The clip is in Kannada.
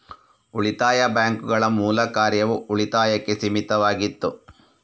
ಉಳಿತಾಯ ಬ್ಯಾಂಕುಗಳ ಮೂಲ ಕಾರ್ಯವು ಉಳಿತಾಯಕ್ಕೆ ಸೀಮಿತವಾಗಿತ್ತು